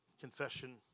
Confession